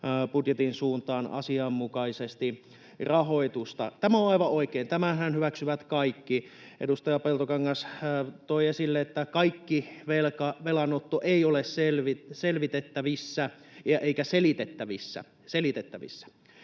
puolustusbudjetin suuntaan asianmukaisesti rahoitusta. Tämä on aivan oikein. Tämänhän hyväksyvät kaikki. Edustaja Peltokangas toi esille, että kaikki velanotto ei ole selitettävissä. Tämän